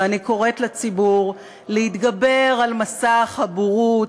ואני קוראת לציבור להתגבר על מסך הבורות,